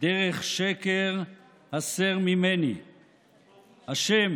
"דרך שקר הסר ממני"; "ה'